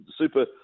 super